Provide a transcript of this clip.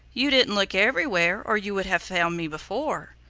you didn't look everywhere or you would have found me before.